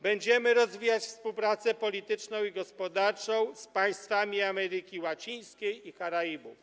Będziemy rozwijać współpracę polityczną i gospodarczą z państwami Ameryki Łacińskiej i Karaibów.